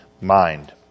mind